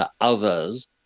others